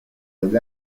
del